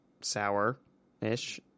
sour-ish